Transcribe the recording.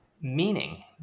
meaning